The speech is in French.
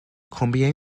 combien